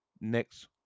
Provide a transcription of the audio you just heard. next